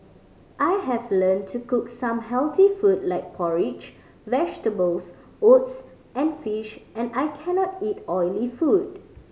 I have learned to cook some healthy food like porridge vegetables oats and fish and I cannot eat oily food